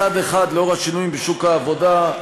מצד אחד, לאור השינויים בשוק העבודה,